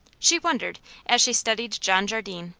she wondered as she studied john jardine,